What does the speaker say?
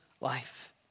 life